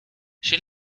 she